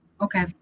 okay